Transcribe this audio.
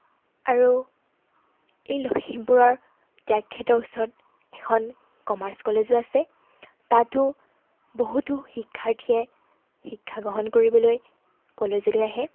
আৰু এই লখিমপুৰৰ ত্যাগক্ষেত্ৰৰ ওচৰত এখন কমাৰ্চ কলেজো আছে তাতো বহুতো শিক্ষাৰ্থীয়ে শিক্ষা গ্ৰহণ কৰিবলৈ কলেজলৈ আহে